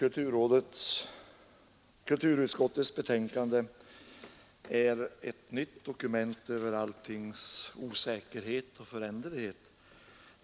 Herr talman! Kulturutskottets betänkande är ett nytt dokument över alltings osäkerhet och föränderlighet.